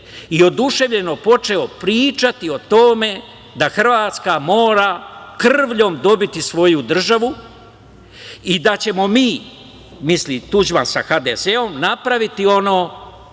i oduševljeno počeo pričati o tome da Hrvatska mora krvljom dobiti svoju državu i da ćemo mi, misli, Tuđman sa HDZ-om, napraviti ono